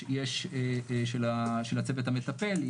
יש של הצוות המטפל,